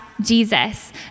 Jesus